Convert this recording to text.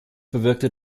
bewirkte